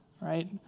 right